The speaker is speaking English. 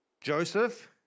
Joseph